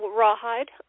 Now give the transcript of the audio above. rawhide